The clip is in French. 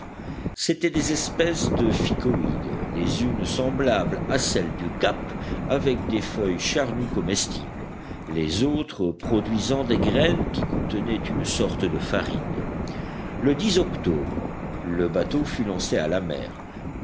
c'étaient des espèces de ficoïdes les unes semblables à celles du cap avec des feuilles charnues comestibles les autres produisant des graines qui contenaient une sorte de farine le octobre le bateau fut lancé à la mer